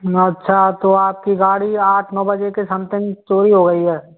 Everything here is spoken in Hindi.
अच्छा तो आपकी गाड़ी आठ नौ बजे के सम्थिंग चोरी हो गई है